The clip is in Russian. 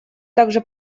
также